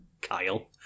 Kyle